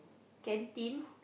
canteen